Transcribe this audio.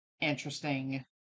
interesting